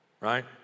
right